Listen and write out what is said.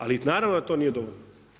Ali naravno da to nije dovoljno.